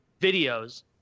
videos